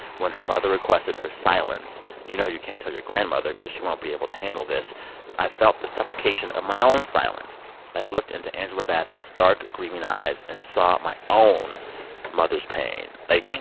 when her mother requested her silence you know you can't tell your grandmother because she won't be able to handle this i felt the suffocation of my own silence. and i looked into angela bassett's dark, grieving eyes and saw my own mother's pain. like,